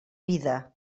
vida